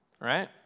Right